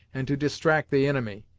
and to distract the inimy,